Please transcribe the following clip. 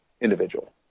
individual